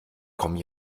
komme